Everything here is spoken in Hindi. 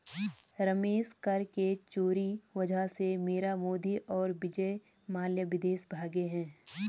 रमेश कर के चोरी वजह से मीरा मोदी और विजय माल्या विदेश भागें हैं